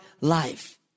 life